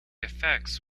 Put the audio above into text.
effects